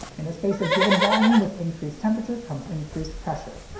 in a space of given volume, with increased temperature comes increased pressure.